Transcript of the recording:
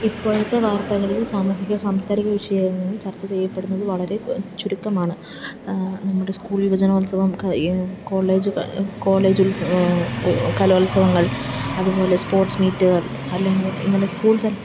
ഇപ്പോഴത്തെ വാർത്തകളിൽ സാമൂഹിക സാംസ്കാരിക വിഷയങ്ങള് ചർച്ച ചെയ്യപ്പെടുന്നത് വളരെ ചുരുക്കമാണ് നമ്മുടെ സ്കൂൾ യുവജനോത്സവം കോളേജ് കോളേജുല്സ് കലോത്സവങ്ങൾ അതുപോലെ സ്പോർട്സ് മീറ്റ്കൾ അല്ലെങ്കിൽ ഇന്നലെ സ്കൂൾ തല്